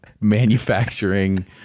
manufacturing